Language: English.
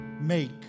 make